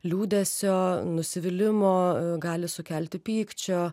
liūdesio nusivylimo gali sukelti pykčio